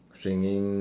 swinging